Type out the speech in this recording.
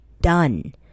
done